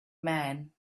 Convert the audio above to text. man